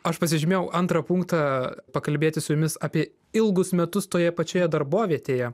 aš pasižymėjau antrą punktą pakalbėti su jumis apie ilgus metus toje pačioje darbovietėje